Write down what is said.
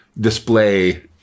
display